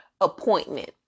appointment